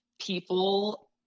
people